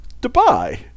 Dubai